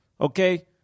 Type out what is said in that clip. okay